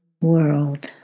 world